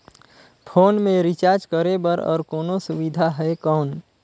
Phone मे recharge करे बर और कोनो सुविधा है कौन?